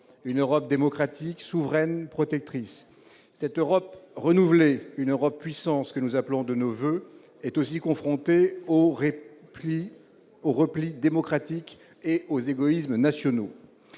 une Europe démocratique, souveraine, protectrice. Cette Europe renouvelée, une « Europe-puissance » que nous appelons de nos voeux, est aussi confrontée aux replis démocratiques et aux égoïsmes nationaux.